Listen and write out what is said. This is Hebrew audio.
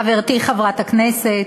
חברתי חברת הכנסת,